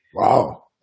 Wow